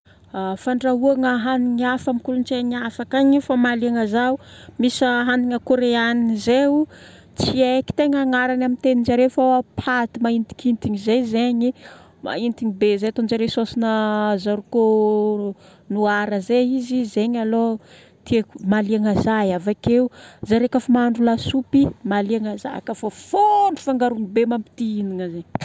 Fandrahoagna hanigny hafa amin'ny kolontsaina hafa akagny nefa mahaliagna zaho: misy hanigna koreanina zay ao, tsy haiko tegna agnarany amin'ny teninjare fô paty mahintinkitiny zay zegny. Mahintiny be Zay ataon-jare saosina zarikô noir zay izy. Zegny aloha tiako, mahaliagna zaho. Avakeo zare koafa mahandro lasopy, mahaliagna zaho kafa fontro fangarony be mampiti hihignana.